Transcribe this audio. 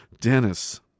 Dennis